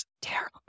terrible